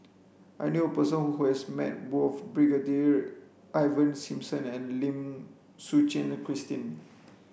I knew person who has met both Brigadier Ivan Simson and Lim Suchen Christine